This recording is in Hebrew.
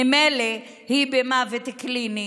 ממילא היא במוות קליני.